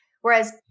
Whereas